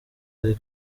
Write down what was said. ari